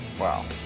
wow.